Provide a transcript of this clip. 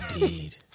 Indeed